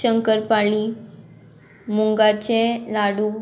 शंकर पाळी मुंगाचे लाडू